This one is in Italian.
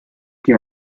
che